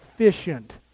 efficient